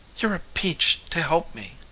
you're a peach to help me,